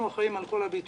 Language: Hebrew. אנחנו אחראים על כל הביטוח